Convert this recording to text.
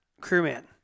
Crewman